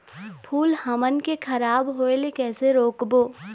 फूल हमन के खराब होए ले कैसे रोकबो?